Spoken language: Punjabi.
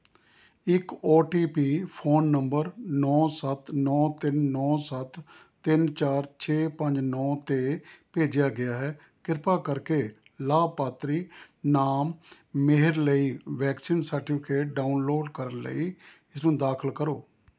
ਇੱਕ O T P phone number ਨੌ ਸੱਤ ਨੌ ਤਿੰਨ ਨੌ ਸੱਤ ਤਿੰਨ ਚਾਰ ਛੇ ਪੰਜ ਨੌ 'ਤੇ ਭੇਜਿਆ ਗਿਆ ਹੈ ਕਿਰਪਾ ਕਰਕੇ ਲਾਭਪਾਤਰੀ ਨਾਮ ਮੇਹਰ ਲਈ ਵੈਕਸੀਨ ਸਰਟੀਫਿਕੇਟ ਡਾਊਨਲੋਡ ਕਰਨ ਲਈ ਇਸ ਨੂੰ ਦਾਖਲ ਕਰੋ